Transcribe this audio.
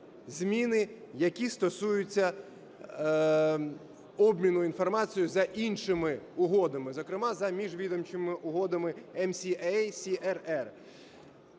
зміни, які стосуються обміну інформацією за іншими угодами, зокрема за міжвідомчими угодами MCA, CRR.